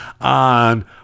on